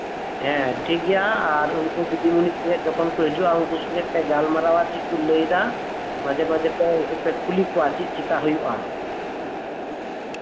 ᱴᱷᱤᱠᱜᱮᱭᱟ ᱟᱨ ᱩᱱᱠᱩ ᱫᱤᱫᱤᱢᱩᱱᱤ ᱠᱚ ᱡᱚᱠᱷᱚᱱ ᱦᱤᱡᱩᱜᱼᱟ ᱩᱱᱠᱩ ᱫᱤᱫᱤᱢᱩᱱᱤ ᱥᱟᱶᱯᱮ ᱜᱟᱞᱢᱟᱨᱟᱣᱟ ᱪᱮᱫ ᱠᱚ ᱞᱟᱹᱭᱮᱫᱟ ᱢᱟᱡᱷᱮᱼ ᱢᱟᱡᱷᱮ ᱯᱮ ᱩᱱᱠᱩ ᱠᱩᱞᱤ ᱠᱚᱣᱟ ᱩᱱᱠᱩ ᱯᱮ ᱠᱩᱞᱤ ᱠᱚᱣᱟ ᱪᱮᱫ ᱪᱮᱠᱟ ᱦᱩᱭᱩᱜᱼᱟ